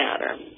matter